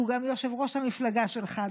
שהוא גם יושב-ראש המפלגה שלך,